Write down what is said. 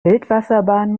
wildwasserbahn